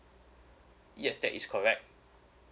yes that is correct